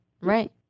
Right